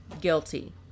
Guilty